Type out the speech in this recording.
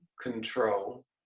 control